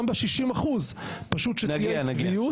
גם ב-60% פשוט שתהיה קביעות,